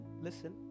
listen